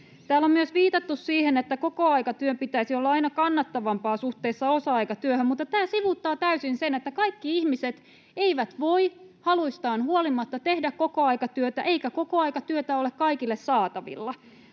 Täällä on myös viitattu siihen, että kokoaikatyön pitäisi olla aina kannattavampaa suhteessa osa-aikatyöhön, mutta tämä sivuuttaa täysin sen, että kaikki ihmiset eivät voi haluistaan huolimatta tehdä kokoaikatyötä eikä kokoaikatyötä ole kaikille saatavilla.